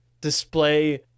display